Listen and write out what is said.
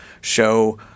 show